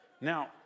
Now